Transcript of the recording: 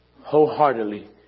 wholeheartedly